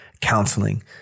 Counseling